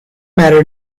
matter